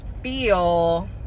feel